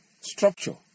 structure